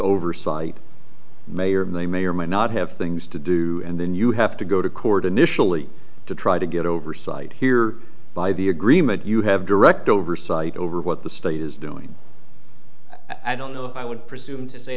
oversight may or may may or may not have things to do and then you have to go to court initially to try to get oversight here by the agreement you have direct oversight over what the state is doing i don't know if i would presume to say